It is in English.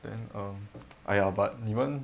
then um !aiya! but 你们